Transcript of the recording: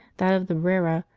that of the brera,